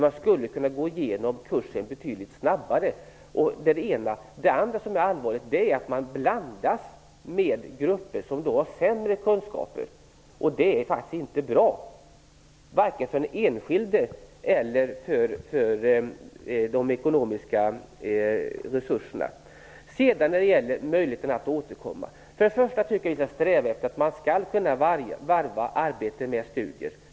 Man skulle kunna gå igenom kursen betydligt snabbare. Det andra som är allvarligt är att de som har goda kunskaper blandas i grupper med dem som har sämre kunskaper. Det är faktiskt inte bra -- varken för den enskilde eller vad beträffar de ekonomiska resurserna. När det gäller möjligheten att återkomma vill jag säga att jag tycker att vi skall sträva efter att man skall kunna varva arbete med studier.